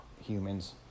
humans